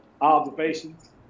observations